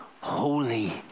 holy